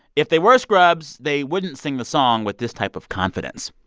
if they were scrubs, they wouldn't sing the song with this type of confidence.